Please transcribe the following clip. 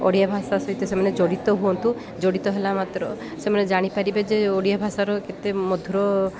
ଓଡ଼ିଆ ଭାଷା ସହିତ ସେମାନେ ଜଡ଼ିତ ହୁଅନ୍ତୁ ଜଡ଼ିତ ହେଲା ମାତ୍ର ସେମାନେ ଜାଣିପାରିବେ ଯେ ଓଡ଼ିଆ ଭାଷାର କେତେ ମଧୁର